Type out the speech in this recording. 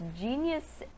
genius